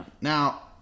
Now